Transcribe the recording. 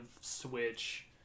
Switch